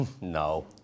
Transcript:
No